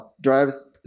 drives